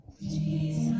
Jesus